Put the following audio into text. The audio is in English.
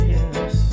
Yes